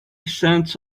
cents